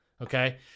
okay